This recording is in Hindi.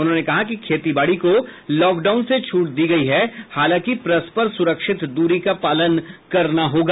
उन्होंने कहा कि खेती बाड़ी को लॉकडाउन से छूट दी गई है हालांकि परस्पर सुरक्षित दूरी का पालन करना होगा